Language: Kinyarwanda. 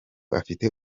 afite